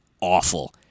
awful